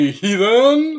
heathen